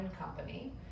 company